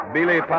Billy